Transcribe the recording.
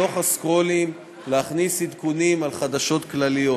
בתוך ה"סקרולים", להכניס עדכונים על חדשות כלליות,